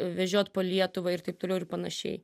vežiot po lietuvą ir taip toliau ir panašiai